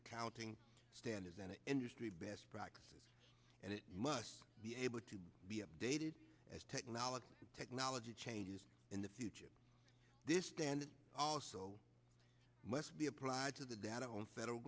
accounting standards and industry best practices and it must be able to be updated as technology technology changes in the future this standard also must be applied to the data on federal